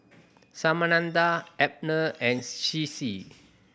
Samantha Abner and Ciji